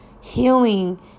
healing